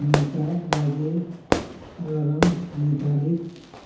समयका लागि अलार्म निर्धारित